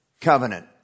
covenant